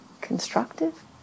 constructive